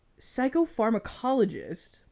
psychopharmacologist